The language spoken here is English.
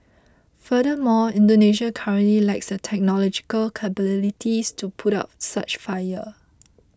furthermore Indonesia currently lacks the technological capabilities to put out such fires